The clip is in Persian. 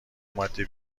ماده